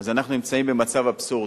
אז אנחנו נמצאים במצב אבסורדי.